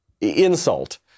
insult